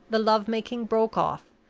the love-making broke off,